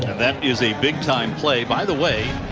that is a big time play. by the way,